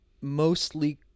mostly